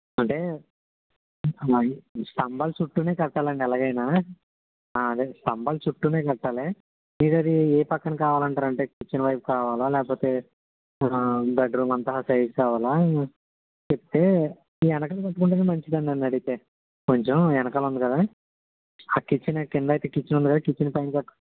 అంటే మాయి స్తంభాల చుట్టూనే కట్టాలండి ఎలాగైనా అదే స్తంభాల చుట్టూనే కట్టాలి మీరది ఏ పక్కన కావాలంటారు అంటే కిచెన్ వైపు కావాలా లేకపోతే బెడ్రూమ్ అంత సైజ్ కావాలా చెప్తే ఈ వెనకన కట్టుకుంటేనే మంచిదండి నన్నడిగితే కొంచం వెనకాల ఉంది గదా ఆ కిచెన్ కిందైతే కిచెన్ ఉంది కదా కిచెన్ పైన కట్టు